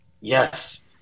Yes